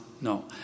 No